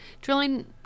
drilling